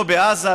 לא בעזה,